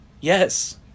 Yes